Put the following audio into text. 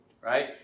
right